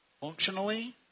Functionally